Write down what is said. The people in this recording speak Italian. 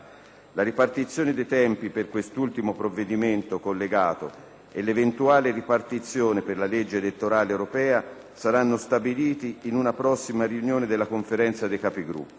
La ripartizione dei tempi per quest'ultimo provvedimento collegato e l'eventuale ripartizione per la legge elettorale europea saranno stabilite in una prossima riunione della Conferenza dei Capigruppo.